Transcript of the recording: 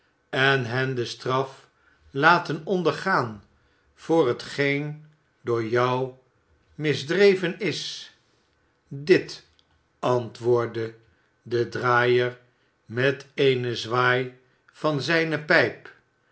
en hen de straf laten ondergaan voor hetgeen door jou misdreven is dit antwoordde de draaier met eene zwaai van zijne pijp